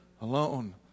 alone